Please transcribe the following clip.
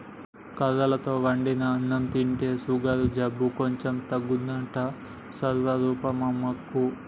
కొర్రలతో వండిన అన్నం తింటే షుగరు జబ్బు కొంచెం తగ్గిందంట స్వరూపమ్మకు